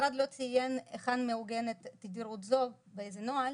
המשרד לא ציין היכן מעוגנת תדירות זו, באיזה נוהל,